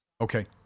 Okay